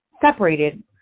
separated